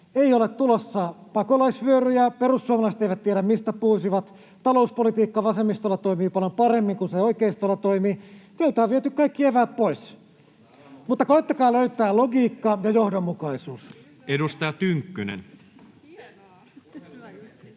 Ei ole tulossa pakolaisvyöryjä, perussuomalaiset eivät tiedä, mistä puhuisivat. Talouspolitiikka vasemmistolla toimii paljon paremmin kuin se oikeistolla toimi. Teiltä on viety kaikki eväät pois. Mutta koettakaa löytää logiikka ja johdonmukaisuus. [Timo Heinonen: